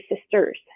sisters